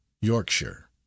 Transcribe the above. Yorkshire